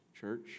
church